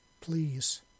Please